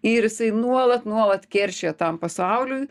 ir jisai nuolat nuolat keršija tam pasauliui